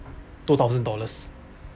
two thousand dollars